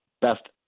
best